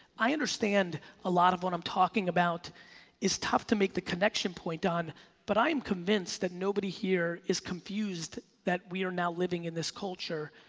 i understand a lot of what i'm talking about is tough to make the connection point on but i am convinced that nobody here here is confused that we are now living in this culture,